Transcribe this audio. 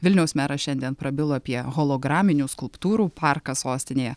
vilniaus meras šiandien prabilo apie holograminių skulptūrų parką sostinėje